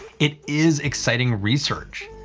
it is exciting research,